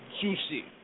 Juicy